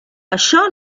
això